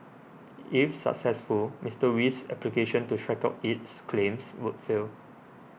if successful Mister Wee's application to strike out its claims would fail